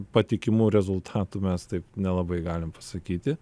patikimų rezultatų mes taip nelabai galim pasakyti